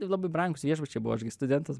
labai brangūs viešbučiai buvo aš gi studentas